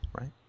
right